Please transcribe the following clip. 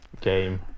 game